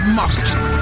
marketing